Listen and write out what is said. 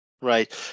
right